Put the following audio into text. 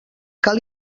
cal